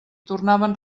tornaven